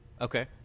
Okay